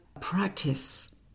practice